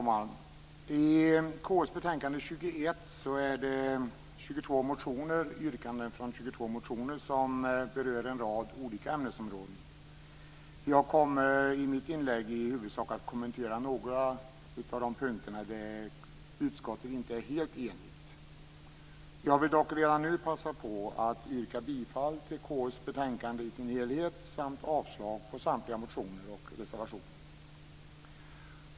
Herr talman! I betänkandet KU21 behandlas yrkanden i 22 motioner på en rad olika ämnesområden. Jag kommer i mitt inlägg i huvudsak att kommentera några av de punkter där utskottet inte är helt enigt. Jag yrkar redan nu bifall till utskottets hemställan i dess helhet samt avslag på samtliga motioner och reservationer.